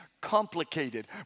complicated